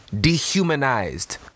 dehumanized